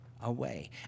away